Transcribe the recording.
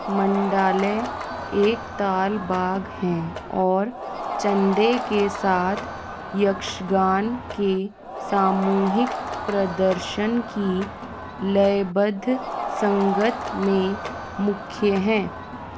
मंडाले एक ताल बाघ हैं और चंदे के साथ यक्षगान के सामूहिक प्रदर्शन की लयबद्ध संगत में मुख्य हैं